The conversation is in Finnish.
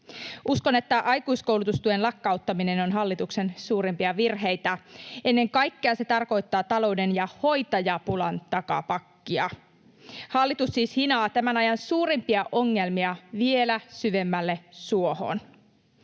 Uskon, että aikuiskoulutustuen lakkauttaminen on hallituksen suurimpia virheitä. Ennen kaikkea se tarkoittaa talouden ja hoitajapulan takapakkia. Hallitus siis hinaa tämän ajan suurimpia ongelmia vielä syvemmälle suohon.